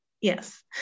yes